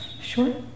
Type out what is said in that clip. Sure